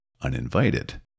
Uninvited